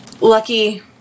lucky